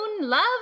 Love